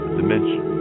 dimension